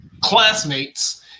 classmates